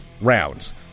rounds